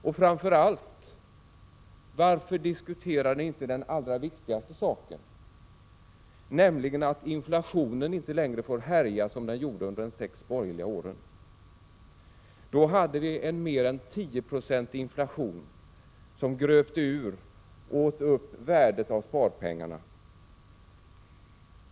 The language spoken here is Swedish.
Och — framför allt — varför diskuterar ni inte den allra viktigaste saken, nämligen att inflationen inte längre får härja som den gjorde under de sex borgerliga åren. Då hade vi en mer än 10-procentig inflation, som gröpte ur och åt upp värdet av sparpengarna.